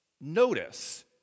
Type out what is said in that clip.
notice